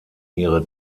ihre